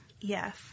Yes